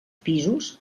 pisos